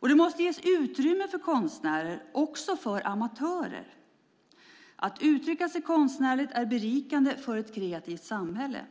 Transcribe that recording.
Det måste ges utrymme för konstnärer och för amatörer. Att uttrycka sig konstnärligt är berikande för ett kreativt samhälle.